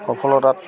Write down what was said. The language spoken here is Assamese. সফলতাত